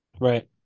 Right